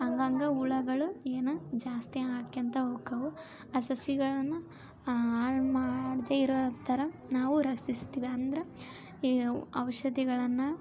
ಹಂಗಂಗೆ ಹುಳಗಳು ಏನು ಜಾಸ್ತಿ ಆಕ್ಕೋಂತ ಹೋಕ್ಕಾವು ಆ ಸಸಿಗಳನ್ನು ಹಾಳ್ ಮಾಡದೇ ಇರೋ ಥರ ನಾವು ರಕ್ಷಿಸ್ತಿವಿ ಅಂದ್ರೆ ಈ ಔಷಧಿಗಳನ್ನ